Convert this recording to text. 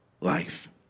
life